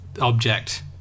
object